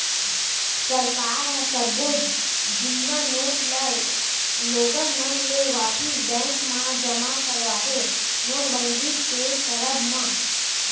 सरकार ह सब्बो जुन्ना नोट ल लोगन मन ले वापिस बेंक म जमा करवाथे नोटबंदी के करब म